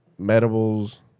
medibles